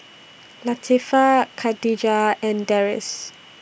Latifa Khadija and Deris